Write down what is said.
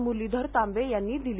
मुरलीधर तांबे यांनी दिली